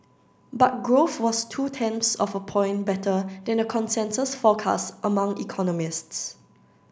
but growth was two tenths of a point better than a consensus forecast among economists